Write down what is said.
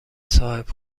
صاحب